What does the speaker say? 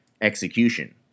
execution